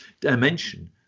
dimension